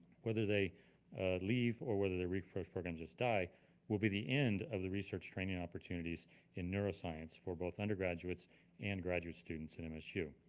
whether they leave or whether their research programs just die will be the end of the research training opportunities in neuroscience for both undergraduates and graduate students at and msu.